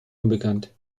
unbekannt